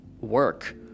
work